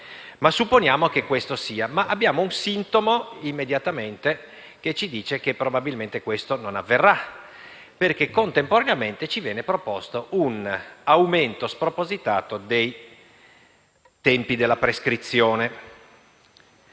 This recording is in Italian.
supponiamo che questo sia. Abbiamo subito un sintomo che ci dice che probabilmente questo non avverrà, perché - contemporaneamente - ci viene proposto un aumento spropositato dei tempi della prescrizione.